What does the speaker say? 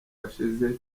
washize